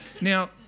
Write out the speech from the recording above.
Now